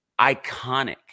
iconic